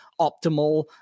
optimal